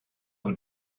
who